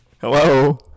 hello